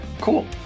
cool